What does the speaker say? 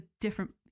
different